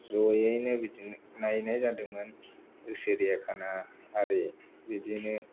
ज'यैनो बिदिनो नायनाय जादोंमोन सिरियाखाना आरि बिदिनो